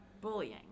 bullying